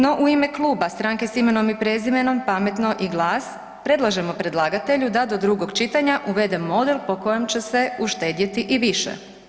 No u ime Kluba Stranke s imenom i prezimenom, Pametno i Glas predlažemo predlagatelju da do drugog čitanja uvede model po kojem će se uštedjeti i više.